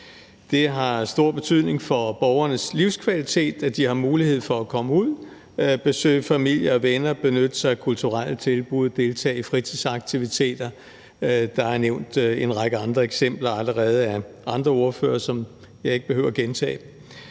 Det har stor betydning for borgernes livskvalitet, at de har mulighed for at komme ud, besøge familie og venner og benytte sig af kulturelle tilbud og deltage i fritidsaktiviteter – der er allerede nævnt en række andre eksempler af andre ordførere, som jeg ikke behøver at gentage